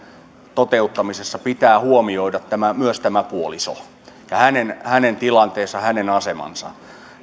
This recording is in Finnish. toteuttamisessa pitää huomioida myös puoliso ja hänen hänen tilanteensa hänen asemansa